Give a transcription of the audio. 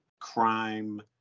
Crime